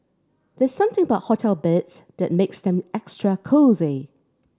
there's something about hotel beds that makes them extra cosy